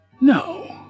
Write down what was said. no